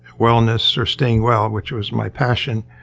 wellness or staying well, which was my passion,